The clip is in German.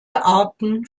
arten